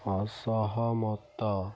ଅସହମତ